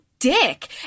dick